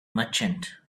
merchant